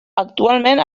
actualment